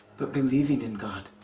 but believing in god